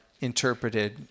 interpreted